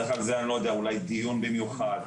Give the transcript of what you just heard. צריך על זה אולי דיון במיוחד,